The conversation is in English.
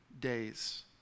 days